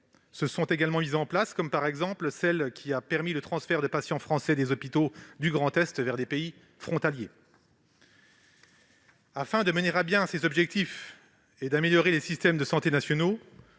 se sont également mises en place, comme celle, par exemple, qui a permis le transfert de patients français des hôpitaux du Grand Est vers des pays frontaliers. Afin de mener à bien ces objectifs et d'améliorer les systèmes de santé nationaux,